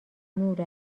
نور